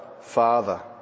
Father